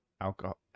alcohol